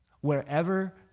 Wherever